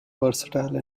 versatile